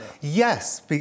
Yes